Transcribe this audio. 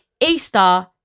Easter